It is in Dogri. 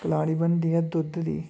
कलाड़ी बनदी ऐ दुद्ध दी